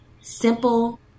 simple